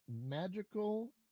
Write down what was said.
magical